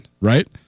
right